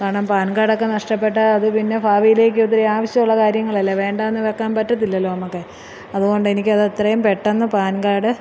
കാരണം പാൻ കാർഡൊക്കെ നഷ്ടപ്പെട്ടാൽ അത് പിന്നെ ഭാവിയിക്ക് ഒത്തിരി ആവശ്യമുള്ള കാര്യങ്ങളല്ലേ വേണ്ട എന്ന് വയ്ക്കാൻ പറ്റത്തില്ലലോ നമ്മൾക്ക് അതുകൊണ്ട് എനിക്ക് അത് എത്രയും പെട്ടെന്ന് പാൻ കാഡ്